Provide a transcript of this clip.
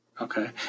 Okay